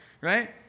right